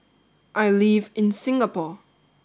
I live in Singapore